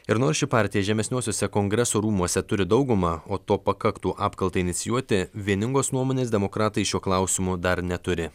ir nors ši partija žemesniuosiuose kongreso rūmuose turi daugumą o to pakaktų apkaltai inicijuoti vieningos nuomonės demokratai šiuo klausimu dar neturi